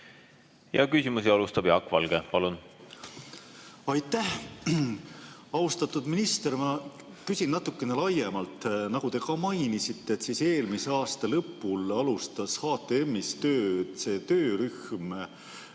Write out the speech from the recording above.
Ja küsimusi alustab Jaak Valge. Palun! Aitäh! Austatud minister! Ma küsin natuke laiemalt. Nagu te mainisite, eelmise aasta lõpul alustas HTM-is tööd töörühm,